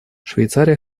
швейцария